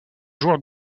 jour